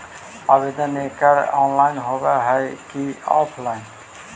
आवेदन एकड़ ऑनलाइन होव हइ की ऑफलाइन?